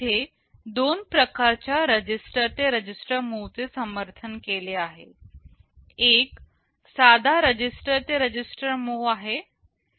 इथे दोन प्रकारच्या रजिस्टर ते रजिस्टर मूव्ह चे समर्थन केले आहे एक साधा रजिस्टर ते रजिस्टर मूव्ह आहे